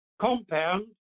compound